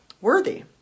worthy